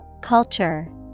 Culture